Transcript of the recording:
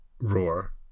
roar